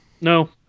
No